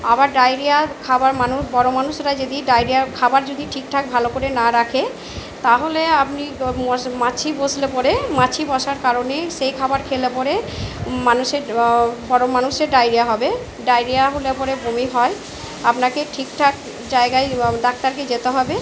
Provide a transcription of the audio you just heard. আবার ডাইরিয়া খাবার মানুষ বড়ো মানুষরা যদি ডাইরিয়ার খাবার যদি ঠিক ঠাক ভালো করে না রাখে তাহলে আপনি মশ মাছি বসলে পরে মাছি বসার কারণে সেই খাবার খেলে পরে মানুষের বড়ো মানুষের ডাইরিয়া হবে ডাইরিয়া হলে পরে বমি হয় আপনাকে ঠিক ঠাক জায়গায় ডাক্তারকে যেতে হবে